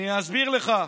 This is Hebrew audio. אני אסביר לך.